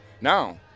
Now